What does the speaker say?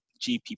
gp